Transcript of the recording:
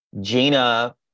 Gina